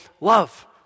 love